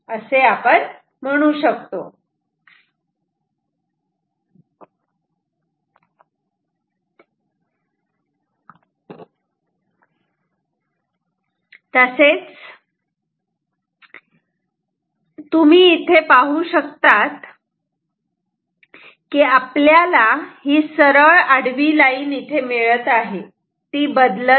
आणि म्हणून इथे पाहू शकतात की आपल्याला ही सरळ आडवी लाईन मिळत आहे ती बदलत नाही